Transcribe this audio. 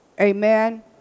Amen